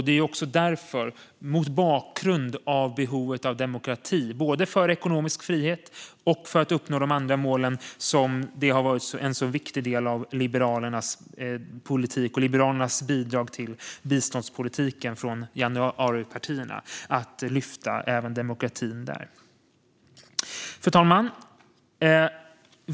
Det är mot bakgrund av behovet av demokrati, både för ekonomisk frihet och för att uppnå de andra målen, som det har varit en så viktig del av Liberalernas politik och Liberalernas bidrag till biståndspolitiken från januaripartierna att lyfta demokratin även där. Fru talman!